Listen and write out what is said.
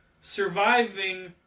surviving